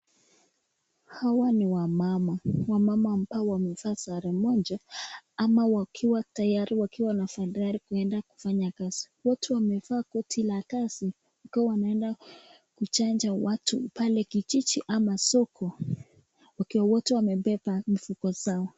Hawa ni wamama. Wamama ambao wamevaa sare moja ama wakiwa tayari kuenda kufanya kazi. Wote wamevaa koti la kazi, ni kama wanaenda kuchanja watu pale kijiji ama soko. Wakiwa wote wamebeba mifuko zao.